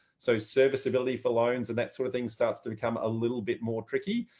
so serviceability for loans and that sort of thing starts to become a little bit more tricky.